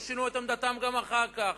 לא שינו את עמדתם גם אחר כך.